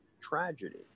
tragedy